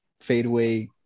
fadeaway